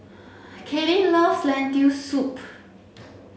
Kaylynn loves Lentil soup